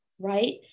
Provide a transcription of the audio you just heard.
right